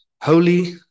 holy